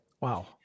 Wow